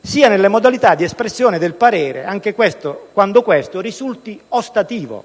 sia nelle modalità di espressione del parere, anche quando questo risulti ostativo.